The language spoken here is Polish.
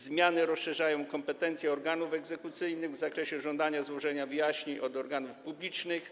Zmiany rozszerzają też kompetencje organów egzekucyjnych w zakresie żądania złożenia wyjaśnień od organów publicznych.